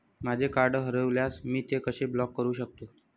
माझे कार्ड हरवल्यास मी ते कसे ब्लॉक करु शकतो?